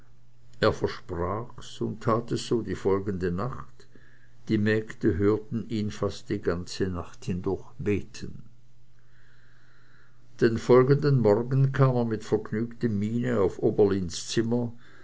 er versprach's und tat es so die folgende nacht die mägde hörten ihn fast die ganze nacht hindurch beten den folgenden morgen kam er mit vergnügter miene auf oberlins zimmer